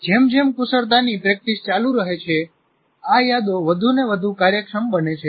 જેમ જેમ કુશળતાની પ્રેક્ટિસ ચાલુ રહે છે આ યાદો વધુને વધુ કાર્યક્ષમ બને છે